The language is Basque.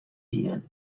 ziren